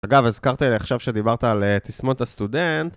אגב, הזכרתי עכשיו שדיברת על תסמונת הסטודנט.